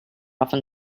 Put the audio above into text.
often